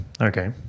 Okay